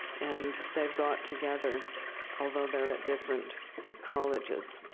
and they've got together although they're at different colleges.